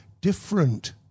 different